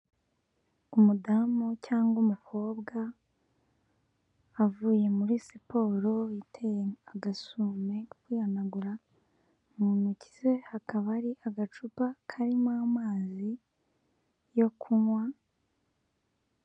Umudamu cyangwa umukobwa, avuye muri siporo yiteye agasume ko kwihanagura, mu ntoki ze hakaba ari agacupa karimo amazi yo kunywa.